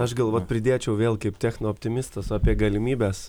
aš gal vat pridėčiau vėl kaip techno optimistas apie galimybes